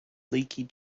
leaky